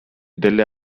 delle